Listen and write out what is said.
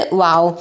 wow